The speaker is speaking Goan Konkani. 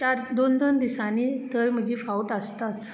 चार दोन दोन दिसांनी थंय म्हजी फावट आसताच